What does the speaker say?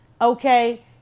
okay